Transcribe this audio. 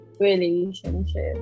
relationship